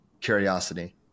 curiosity